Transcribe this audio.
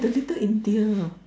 the Little India